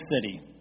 city